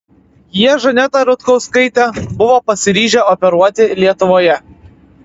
jie žanetą rutkauskaitę buvo pasiryžę operuoti lietuvoje